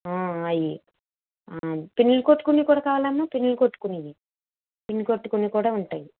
అయి పిన్నులు కొట్టుకునేవి కూడా కావాలామ్మా పిన్నులు కొట్టుకునేవి పిన్ను కొట్టుకునేవి కూడా ఉంటాయి